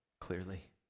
clearly